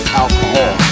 alcohol